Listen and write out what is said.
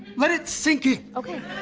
let it sink in. okay.